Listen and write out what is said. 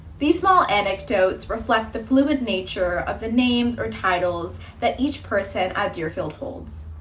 these small anecdotes reflect the fluid nature of the names or titles that each person at deerfield holds.